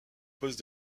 poste